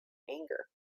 anger